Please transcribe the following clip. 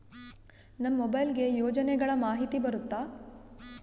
ನಮ್ ಮೊಬೈಲ್ ಗೆ ಯೋಜನೆ ಗಳಮಾಹಿತಿ ಬರುತ್ತ?